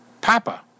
Papa